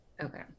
okay